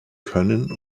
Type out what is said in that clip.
können